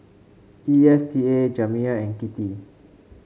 E S T A Jamir and Kittie